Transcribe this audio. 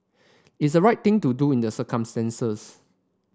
is right thing to do in the circumstances